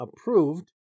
approved